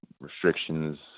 restrictions